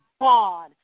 God